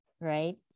right